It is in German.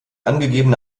angegebene